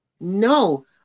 no